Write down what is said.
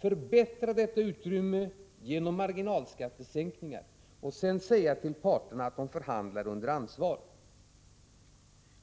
förbättrar detta utrymme genom marginalskattesänkningar och sedan säger till parterna att de förhandlar under ansvar.